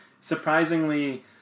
surprisingly